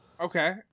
Okay